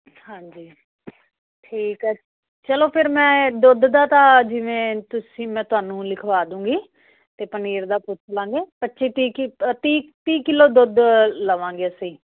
ਹਾਂਜੀ ਠੀਕ ਐ ਚਲੋ ਫੇਰ ਮੈਂ ਦੁੱਧ ਦਾ ਤਾਂ ਜਿਵੇਂ ਤੁਸੀਂ ਮੈਂ ਤੁਹਾਨੂੰ ਲਿਖਵਾ ਦਊਂਗੀ ਤੇ ਪਨੀਰ ਦਾ ਪੁੱਛਲਾਂਗੇ ਪੱਚੀ ਤੀਹ ਤੀਹ ਤੀਹ ਕਿਲੋ ਦੁੱਧ ਲਵਾਂਗੇ ਅਸੀਂ